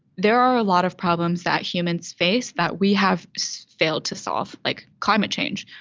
there are a lot of problems that humans face that we have so failed to solve, like climate change,